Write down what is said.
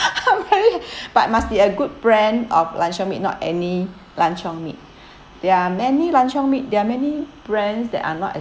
I'm very but must be a good brand of luncheon meat not any luncheon meat there are many luncheon meat there are many brands that are not